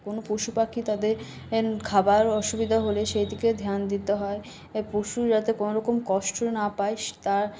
কোনও পশুপাখি তাদের খাবার অসুবিধা হলে সেদিকে ধ্যান দিতে হয় পশু যাতে কোনওরকম কষ্ট না পায় শ তা